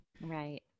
Right